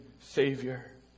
Savior